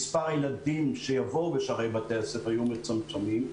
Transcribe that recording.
מספר הילדים שיבואו בשערי בתי הספר יהיה מצומצם.